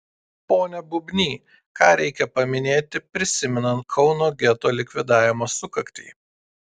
pone bubny ką reikia paminėti prisimenant kauno geto likvidavimo sukaktį